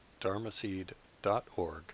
dharmaseed.org